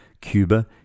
Cuba